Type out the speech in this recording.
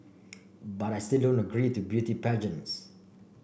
but I still don't agree to beauty pageants